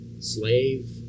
slave